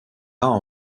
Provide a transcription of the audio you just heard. peints